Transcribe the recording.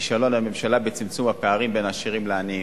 כישלון הממשלה בצמצום הפערים בין עשירים לעניים,